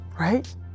Right